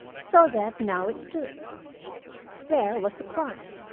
so that now it stood there was a crime.